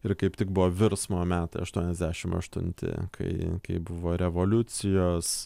ir kaip tik buvo virsmo metai aštuoniasdešim aštunti kai kai buvo revoliucijos